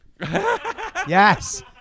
Yes